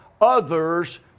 others